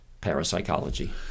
parapsychology